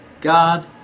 God